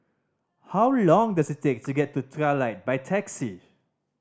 how long does it take to get to Trilight by taxi